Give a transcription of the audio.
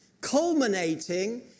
culminating